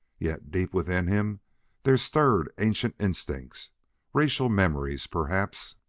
yet deep within him there stirred ancient instincts racial memories, perhaps.